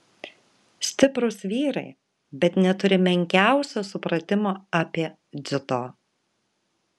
stiprūs vyrai bet neturi menkiausio supratimo apie dziudo